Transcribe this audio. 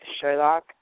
Sherlock